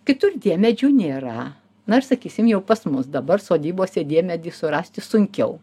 kitur diemedžių nėra na ir sakysim jau pas mus dabar sodybose diemedį surasti sunkiau